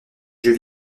jeu